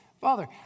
Father